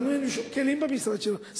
לנו אין שום כלים במשרד שלנו,